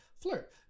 flirt